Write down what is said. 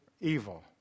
evil